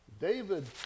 David